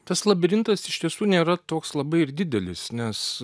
tas labirintas iš tiesų nėra toks labai ir didelis nes